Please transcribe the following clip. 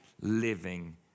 living